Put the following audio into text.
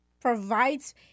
provides